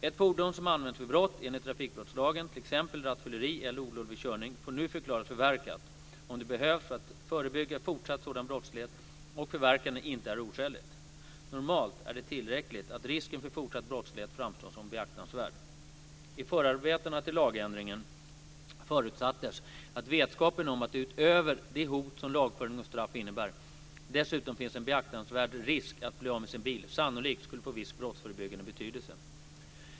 Ett fordon som använts vid brott enligt trafikbrottslagen - t.ex. rattfylleri eller olovlig körning - får nu förklaras förverkat, om det behövs för att förebygga fortsatt sådan brottslighet och förverkande inte är oskäligt. Normalt är det tillräckligt att risken för fortsatt brottslighet framstår som beaktansvärd. s. 53) förutsattes att vetskapen om att det utöver det hot som lagföring och straff innebär dessutom finns en beaktansvärd risk att bli av med sin bil sannolikt skulle få viss brottsförebyggande betydelse.